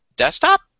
Desktop